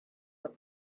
what